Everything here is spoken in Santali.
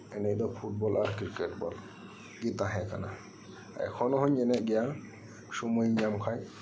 ᱮᱱᱮᱡᱫᱚ ᱯᱷᱩᱴᱵᱚᱞ ᱟᱨ ᱠᱨᱤᱠᱮᱴᱵᱚᱞ ᱜᱤ ᱛᱟᱦᱮᱸ ᱠᱟᱱᱟ ᱮᱠᱷᱚᱱᱦᱚᱧ ᱮᱱᱮᱡᱜᱮᱭᱟ ᱥᱩᱢᱟᱹᱭᱤᱧ ᱧᱟᱢᱠᱷᱟᱡ